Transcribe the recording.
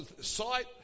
sight